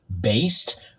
Based